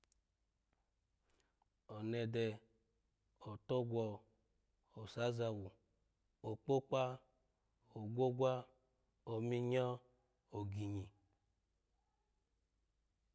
Onede otogwo osazawu okpokpo ogwogwa ominyo oginyi.